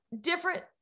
different